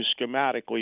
schematically